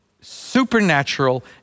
supernatural